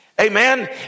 Amen